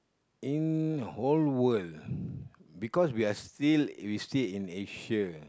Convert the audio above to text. in whole world because we are still we still in Asia